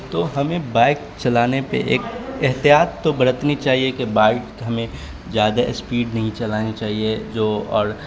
تو ہمیں بائک چلانے پہ ایک احتیاط تو برتنی چاہیے کہ بائک ہمیں زیادہ اسپیڈ نہیں چلانی چاہیے جو اور